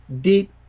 deep